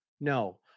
No